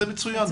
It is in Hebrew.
זה מצוין.